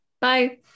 Bye